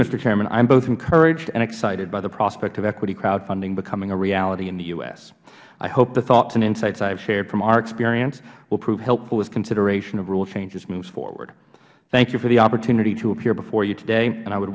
am both encouraged and excited by the prospect of equity crowdfunding becoming a reality in the u s i hope the thoughts and insights i have shared from our experience will prove helpful as consideration of rule changes moves forward thank you for the opportunity at the appear before you today and i would